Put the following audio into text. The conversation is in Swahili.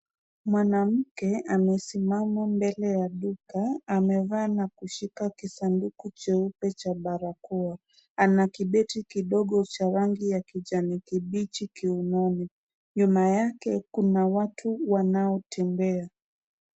Mwanamke amesimama mbele ya duka, amevaa na kushika kisanduku cheupe cha barakoa. Ana kibeti kidogo cha rangi ya kijani kibichi kiunoni. Nyuma yake kuna watu wanaotembea.